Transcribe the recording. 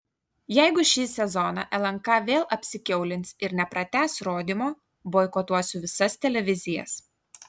jeigu šį sezoną lnk vėl apsikiaulins ir nepratęs rodymo boikotuosiu visas televizijas